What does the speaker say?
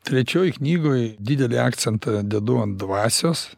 trečioj knygoj didelį akcentą dedu ant dvasios